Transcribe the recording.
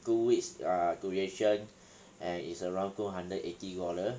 two weeks err duration and is around two hundred eighty dollar